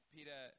Peter